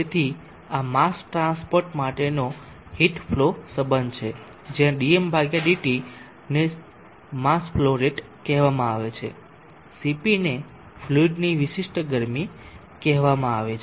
તેથી આ mass transport માટેનો હીટ ફ્લો સંબંધ છે જ્યાં dmdt ને માસ ફ્લો રેટ કહેવામાં આવે છે Cp ને ફ્લુઇડની વિશિષ્ટ ગરમી કહેવામાં આવે છે